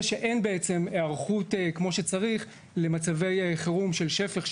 שאין בעצם היערכות כמו שצריך למצבי חירום של שפך,